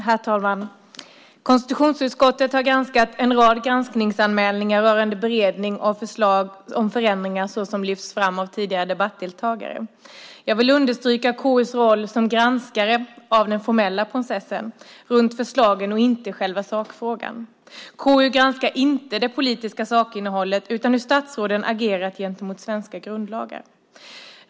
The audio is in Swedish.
Herr talman! Konstitutionsutskottet har granskat en rad anmälningar rörande beredning av förslag om förändringar såsom lyfts fram av tidigare debattdeltagare. Jag vill understryka KU:s roll som granskare av den formella processen runt förslagen och inte själva sakfrågan. KU granskar inte det politiska sakinnehållet utan hur statsråden agerat gentemot svenska grundlagar.